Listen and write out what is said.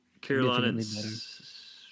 Carolina's